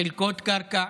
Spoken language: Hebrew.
חלקות קרקע.